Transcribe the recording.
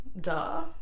Duh